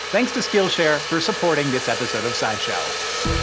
thanks to skillshare for supporting this episode of scishow.